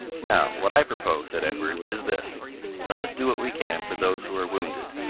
now, what i propose, said edward, is this let us do what we can for those who are wounded,